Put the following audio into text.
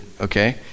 okay